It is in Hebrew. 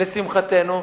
לשמחתנו,